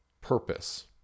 purpose